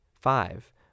Five